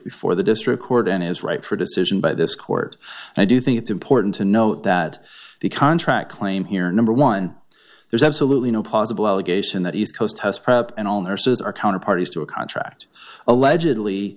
before the district court and is ripe for a decision by this court and i do think it's important to note that the contract claim here number one there's absolutely no possible allegation that east coast house prep and all nurses are counter parties to a contract allegedly